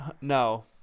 No